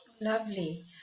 Lovely